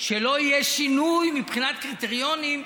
שלא יהיה שינוי מבחינת קריטריונים,